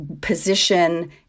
position